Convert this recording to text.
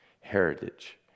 heritage